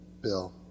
Bill